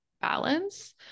balance